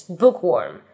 bookworm